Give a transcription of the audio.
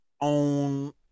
own